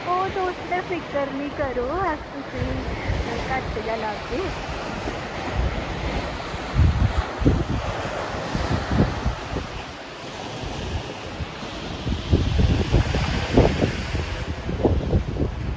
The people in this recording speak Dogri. ओह् तुस फिकर निं करो अस तुसेंगी घट्ट गै लाह्गे